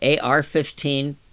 AR-15